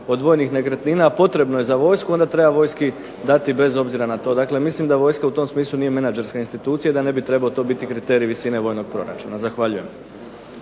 od vojnih nekretnina, a potrebno je za vojsku onda treba vojski dati bez obzira na to. Dakle, mislim da vojska u tom smislu nije menadžerska institucija i da ne bi trebao to biti kriterij visine vojnog proračuna. Zahvaljujem.